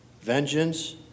vengeance